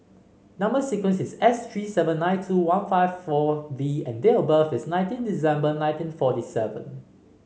number sequence is S three seven nine two one five four V and date of birth is nineteen December ninieteen forty seven